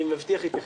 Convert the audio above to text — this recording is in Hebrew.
אני מבטיח להתייחס.